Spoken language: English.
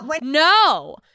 No